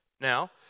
Now